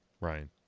Ryan